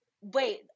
Wait